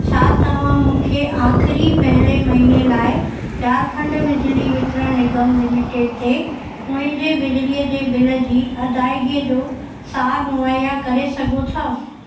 छा तव्हां मूंखे आख़िरी पहिले महिने लाइ झारखंड बिजली वितरण निगम लिमिटेड ते मुंहिंजे बिजलीअ जे बिल जी अदायगीअ जो सार मुहैया करे सघो था